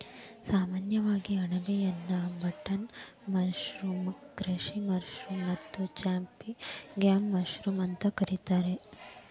ಸಾಮಾನ್ಯವಾಗಿ ಅಣಬೆಯನ್ನಾ button mushroom, ಕೃಷಿ ಮಶ್ರೂಮ್ ಮತ್ತ ಚಾಂಪಿಗ್ನಾನ್ ಮಶ್ರೂಮ್ ಅಂತ ಕರಿತಾರ